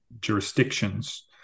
jurisdictions